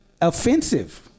offensive